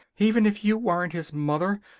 even if you weren't his mother,